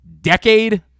decade